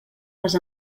les